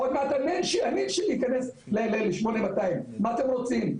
עוד מעט הנין שלי ייכנס ל-8200, מה אתם רוצים?